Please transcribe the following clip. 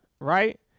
Right